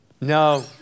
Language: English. no